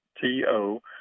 T-O